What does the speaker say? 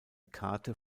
karte